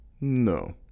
No